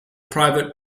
private